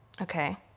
Okay